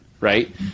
right